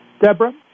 Deborah